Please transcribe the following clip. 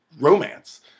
romance